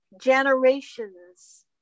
generations